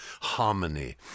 harmony